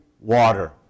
water